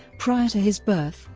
prior to his birth,